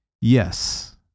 yes